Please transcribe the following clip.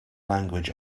language